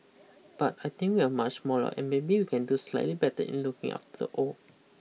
but I think we are much smaller and maybe we can do slightly better in looking after the old